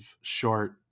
short